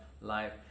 life